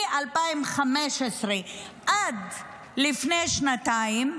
מ-2015 עד לפני שנתיים,